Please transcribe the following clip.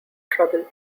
trouble